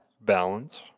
Balance